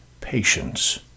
patience